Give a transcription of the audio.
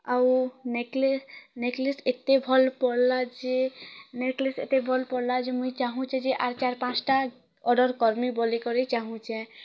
ଆଉ ନେକଲେସ୍ ଏତେ ଭଲ ପଡ଼ଲା ଯେ ନେକଲେସ୍ ଏତେ ଭଲ ପଡ଼ଲା ଯେ ମୁଁଇ ଚାହୁଁଛି ଯେ ଆର୍ ଚାରି ପାଞ୍ଚଟା ଅର୍ଡ଼ର୍ କରିମି ବୋଲିକରି ଚାହୁଁଛେ